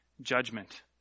judgment